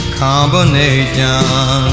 combination